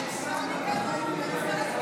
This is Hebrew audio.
בניסן נגאלו ובניסן